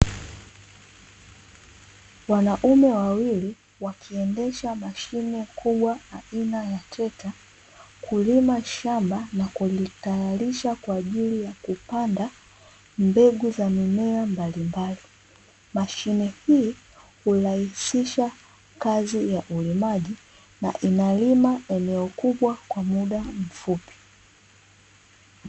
Wanaume wawili wakiendesha mashine kubwa aina ya trekta, kulima shamba na kulitayarisha kwa ajili ya kupanda mbegu za mimea mbalimbali, mashine hii hurahisisha kazi ya ulimaji na inalima eneo kubwa kwa muda mfupi.